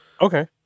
Okay